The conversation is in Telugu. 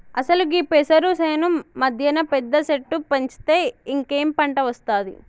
అసలు గీ పెసరు సేను మధ్యన పెద్ద సెట్టు పెంచితే ఇంకేం పంట ఒస్తాది